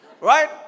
Right